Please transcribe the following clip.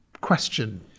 question